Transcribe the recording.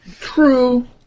True